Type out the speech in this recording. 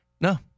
no